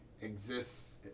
exists